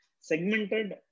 segmented